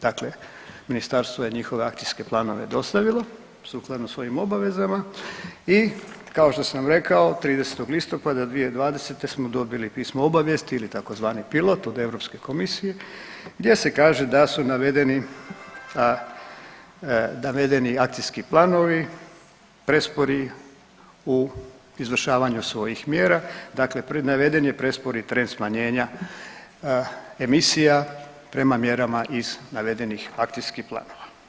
Dakle, Ministarstvo je njihove akcijske planove dostavilo, sukladno svojim obavezama i kao što sam rekao, 30. listopada 2020. smo dobili pismo obavijesti ili tzv. pilot od EU komisije gdje se kaže da su navedeni akcijski planovi prespori u izvršavanju svojih mjera, dakle naveden je prespori trend smanjenja emisija prema mjerama iz navedenih akcijskih planova.